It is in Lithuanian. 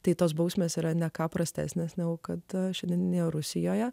tai tos bausmės yra ne ką prastesnės negu kad šiandieninėje rusijoje